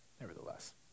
nevertheless